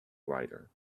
rider